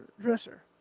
dresser